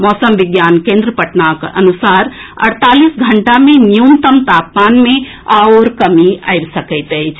मौसम विज्ञान केन्द्र पटनाक अनुसार अड़तालीस घंटा मे न्यूनतम तापमान मे आओर कमी आबि सकैत अछि